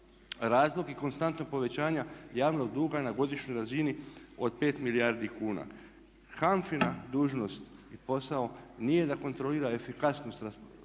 razlog i konstantnog povećanja javnog duga na godišnjoj razini od 5 milijardi kuna. HANFA-ina dužnost i posao nije da kontrolira efikasnost raspolaganja